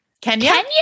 Kenya